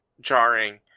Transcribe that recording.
jarring